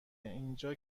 اینجا